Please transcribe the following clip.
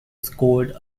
scored